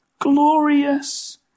glorious